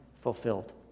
fulfilled